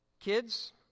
Kids